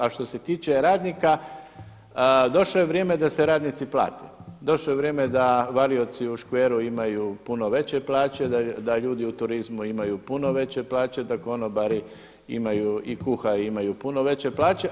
A što se tiče radnika, došlo je vrijeme da se radnici plate, došlo je vrijeme da varioci u Škveru imaju puno veće plaće, da ljudi u turizmu imaju puno veće plaće, da konobari i kuhari imaju puno veće plaće.